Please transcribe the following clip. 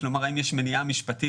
כלומר האם יש מניעה משפטית